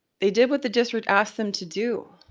they did what the district asked them to do.